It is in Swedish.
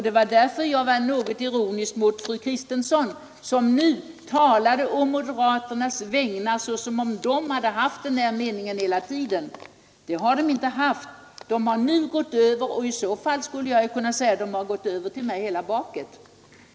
Det var därför jag var något ironisk mot fru Kristensson, som nu talade å moderaternas vägnar som om de hade haft denna uppfattning hela tiden. Det har de inte haft, utan de har nu gått över till min uppfattning hela högen.